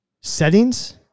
settings